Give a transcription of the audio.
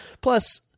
Plus